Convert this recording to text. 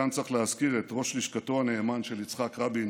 כאן צריך להזכיר את ראש לשכתו הנאמן של יצחק רבין